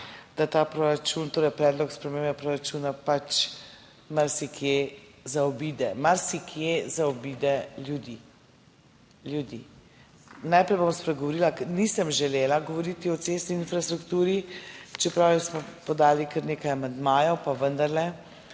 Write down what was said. da ta proračun, torej predlog spremembe proračuna pač marsikje zaobide, marsikje zaobide ljudi. Najprej bom spregovorila, ker nisem želela govoriti o cestni infrastrukturi, čeprav smo podali kar nekaj amandmajev, pa vendarle.